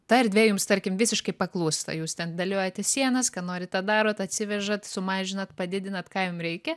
ta erdvė jums tarkim visiškai paklūsta jūs ten dėliojate sienas ką norit tą darot atsivežat sumažinat padidinat ką jum reikia